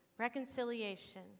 reconciliation